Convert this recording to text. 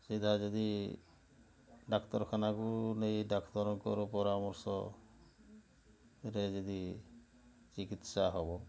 ସେଇଟା ଯଦି ଡାକ୍ତରଖାନାକୁ ନେଇ ଡାକ୍ତରଙ୍କର ପରାମର୍ଶରେ ଯଦି ଚିକିତ୍ସା ହେବ